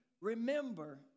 remember